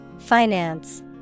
Finance